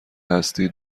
هستی